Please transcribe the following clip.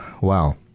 wow